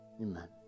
Amen